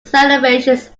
celebrations